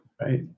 Right